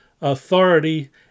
authority